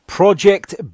project